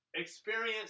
experience